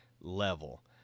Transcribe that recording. level